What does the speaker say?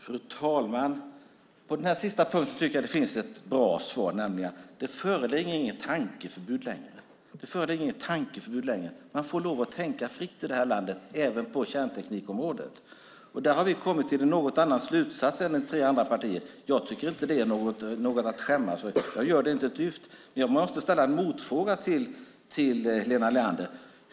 Fru talman! På den sista punkten finns ett bra svar. Det föreligger inte längre något tankeförbud. Man får lov att tänka fritt i det här landet även på kärnteknikområdet. Där har vi kommit till en något annan slutsats än tre andra partier. Jag tycker inte att det är något att skämmas över. Jag gör det inte ett dyft. Jag måste ställa en motfråga till Helena Leander.